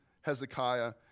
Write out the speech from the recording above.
Hezekiah